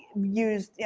used, yeah